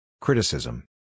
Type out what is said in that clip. Criticism